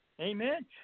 Amen